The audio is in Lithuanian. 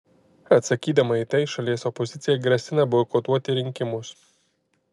atsakydama į tai šalies opozicija grasina boikotuoti rinkimus